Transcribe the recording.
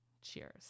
Cheers